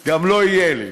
גם לא יהיה לי.